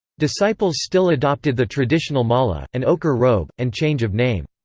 disciples still adopted the traditional mala, and ochre robe, and change of name.